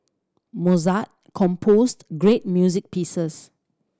Mozart composed great music pieces